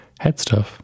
Headstuff